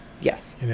Yes